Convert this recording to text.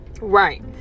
Right